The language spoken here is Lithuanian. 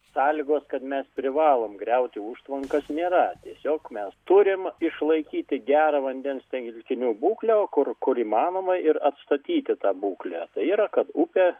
sąlygos kad mes privalom griauti užtvankas nėra tiesiog mes turim išlaikyti gerą vandens telkinių būklę o kur kur įmanoma ir atstatyti tą būklę tai yra kad upės